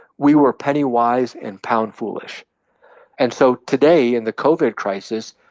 we were penny-wise and pound-foolish and so today, in the covid crisis,